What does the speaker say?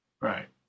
Right